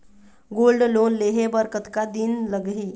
Gold loan लेहे बर कतका दिन लगही?